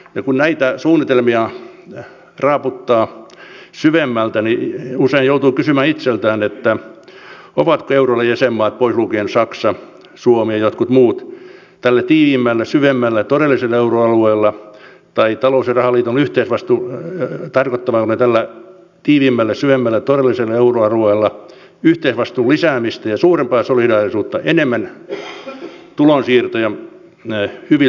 kun näitä suunnitelmia raaputtaa syvemmältä niin usein joutuu kysymään itseltään ovatko euroalueen jäsenmaat pois lukien saksa suomi ja jotkut muut tällä tiiviimmällä syvemmällä todellisella euroalueella tai talous ja rahaliiton yhteisvastuu ja tarkoitammeko me tällä tiiviimmällä syvemmällä todellisella euroalueella talous ja rahaliiton yhteisvastuun lisäämistä ja suurempaa solidaarisuutta enemmän tulonsiirtoja hyviltä huonoille